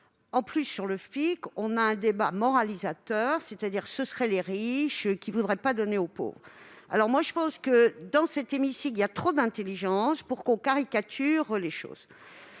En plus, on a un débat moralisateur : ce seraient les riches qui ne voudraient pas donner aux pauvres. Je pense que, dans cet hémicycle, il y a trop d'intelligence pour qu'on caricature les choses.